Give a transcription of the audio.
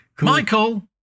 Michael